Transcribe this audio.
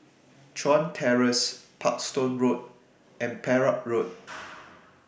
Chuan Terrace Parkstone Road and Perak Road